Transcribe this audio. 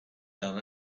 done